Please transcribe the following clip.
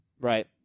Right